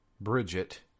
Bridget